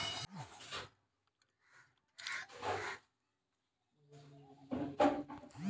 bank खाते की जानकारी खातेदार के फोन पर आती है